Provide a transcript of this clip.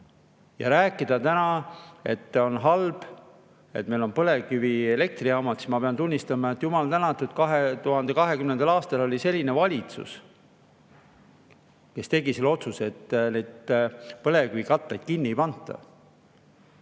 Ja rääkida täna, et on halb, et meil on põlevkivielektrijaamad – ma pean tunnistama, jumal tänatud, et 2020. aastal oli selline valitsus, kes tegi otsuse, et põlevkivikatlaid kinni ei panda.